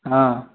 हाँ